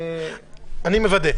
אני מוודא.